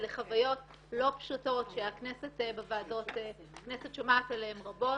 אלה חוויות לא פשוטות שהכנסת שומעת עליהן רבות,